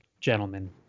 gentlemen